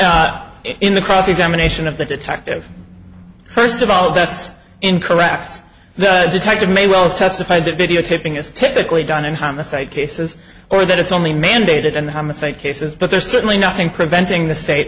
up in the cross examination of the detective first of all that's incorrect the detective may well testified that videotaping is typically done in homicide cases or that it's only mandated and homicide cases but there's certainly nothing preventing the state